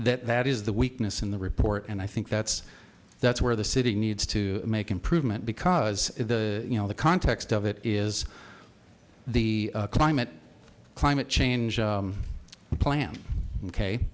that that is the weakness in the report and i think that's that's where the city needs to make improvement because the you know the context of it is the climate climate change plan ok